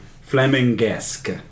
Fleming-esque